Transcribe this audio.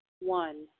One